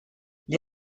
gli